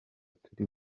turi